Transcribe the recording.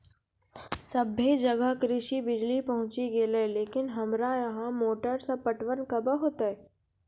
सबे जगह कृषि बिज़ली पहुंची गेलै लेकिन हमरा यहाँ मोटर से पटवन कबे होतय?